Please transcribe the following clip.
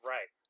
Right